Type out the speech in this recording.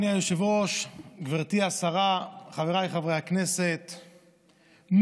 חבריי חברי הכנסת,